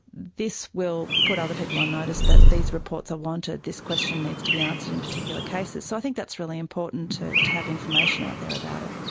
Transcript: this will put other people on notice that these reports are wanted, this question needs to be answered in particular cases. so i think that's really important, to to have information out there about it.